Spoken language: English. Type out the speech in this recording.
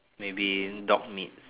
maybe dog meat